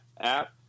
app